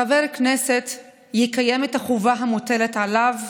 חבר הכנסת "יקיים את החובה המוטלת עליו,